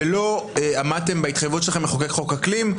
ולא עמדתם בהתחייבות שלכם לחוקק חוק אקלים.